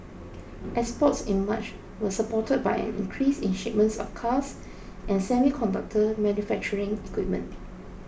exports in March was supported by an increase in shipments of cars and semiconductor manufacturing equipment